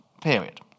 period